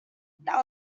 that